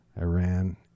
Iran